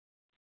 कहां